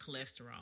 cholesterol